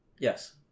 yes